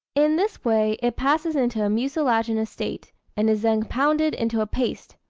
in this way, it passes into a mucilaginous state and is then pounded into a paste,